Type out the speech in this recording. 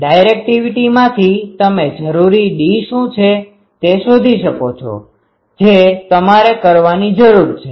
તેથી ડાયરેકટીવીટીમાંથી તમે જરૂરી d શુ છે તે શોધી શકો છો જે તમારે કરવાની જરૂર છે